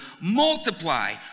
multiply